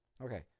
Okay